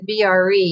BRE